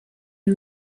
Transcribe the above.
the